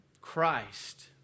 Christ